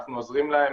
אנחנו עוזרים להם,